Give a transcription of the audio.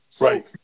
right